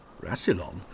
Rassilon